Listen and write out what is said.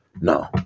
no